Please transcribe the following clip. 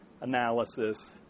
analysis